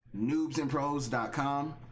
noobsandpros.com